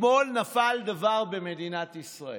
אתמול נפל דבר במדינת ישראל,